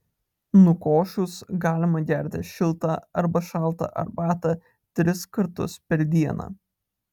nukošus galima gerti šiltą arba šaltą arbatą tris kartus per dieną